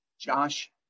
josh